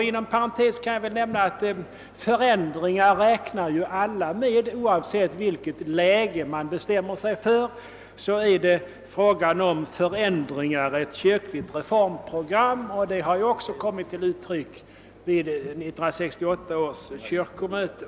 Inom parentes kan jag nämna att alla räknar med förändringar, och oavsett vilket läge man bestämmer sig för är det fråga om förändringar i ett kyrkligt reformprogram. Detta har också kommit till uttryck vid 1968 års kyrkomöte.